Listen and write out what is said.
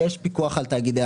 הוא לא מכיר.